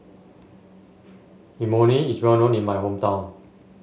Imoni is well known in my hometown